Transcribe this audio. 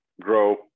grow